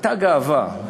הייתה גאווה,